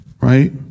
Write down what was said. right